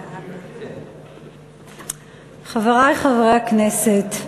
אדוני היושב-ראש, חברי חברי הכנסת,